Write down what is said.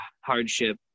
hardship